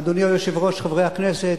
אדוני היושב-ראש, חברי הכנסת,